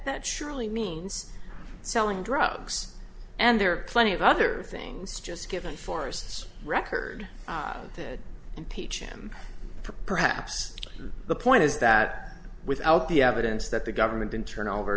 that surely means selling drugs and there are plenty of other things just given forest's record to impeach him perhaps the point is that without the evidence that the government in turn over